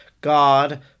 God